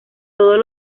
todos